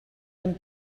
dem